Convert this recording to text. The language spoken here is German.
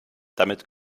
damit